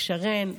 לשרן,